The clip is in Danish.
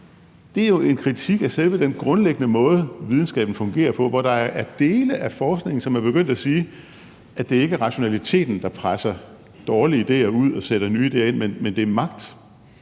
det er jo en kritik af selve den grundlæggende måde, videnskaben fungerer på, hvor der er dele af forskningen, som er begyndt at sige, at det ikke er rationaliteten, der presser dårlige idéer ud og sætter nye idéer ind, men at det er magt.